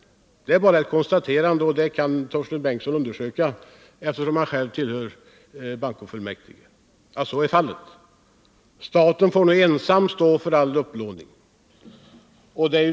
Det är bara ett konstaterande, och Torsten Bengtson kan eftersom han tillhör bankofullmäktige själv få bekräftat att det förhåller sig så. Staten får då ensam stå för all utlandsupplåning.